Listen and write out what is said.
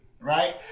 Right